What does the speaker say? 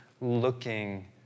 looking